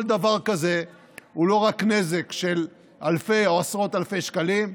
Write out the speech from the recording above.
כל דבר כזה הוא לא רק נזק של אלפי או עשרות אלפי שקלים,